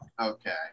Okay